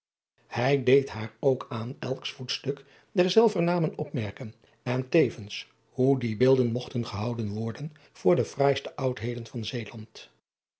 ij deed haar ook aan elks voetstuk derzelver namen opmerken en tevens hoe die beelden mogten gehouden worden voor de fraaiste udheden van eeland